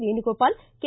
Venugopal K